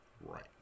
right